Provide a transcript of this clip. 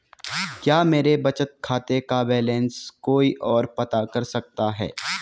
क्या मेरे बचत खाते का बैलेंस कोई ओर पता कर सकता है?